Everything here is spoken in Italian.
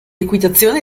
equitazione